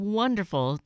wonderful